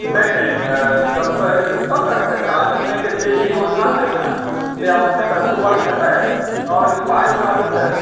नहि नहि सभटा काज अपनेकेँ जे भी योजना छै ने से आब अपनेकेँ अक्टूबरमे हेतै आओर ई पाइबला जे छै